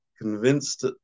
Convinced